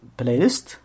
playlist